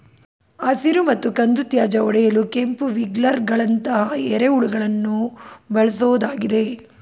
ಹಸಿರು ಮತ್ತು ಕಂದು ತ್ಯಾಜ್ಯ ಒಡೆಯಲು ಕೆಂಪು ವಿಗ್ಲರ್ಗಳಂತಹ ಎರೆಹುಳುಗಳನ್ನು ಬಳ್ಸೋದಾಗಿದೆ